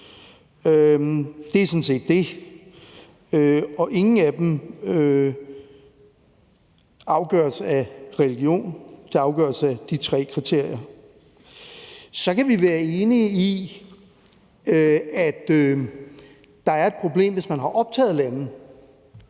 Det er sådan set det. Og ingen af de tre kriterier afgøres af religion. Så kan vi være enige i, at der er et problem, hvis man har optaget lande,